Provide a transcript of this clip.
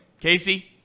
Casey